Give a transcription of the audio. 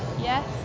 yes